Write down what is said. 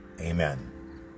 Amen